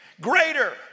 greater